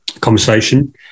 conversation